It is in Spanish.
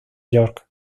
york